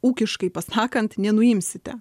ūkiškai pasakant nenuimsite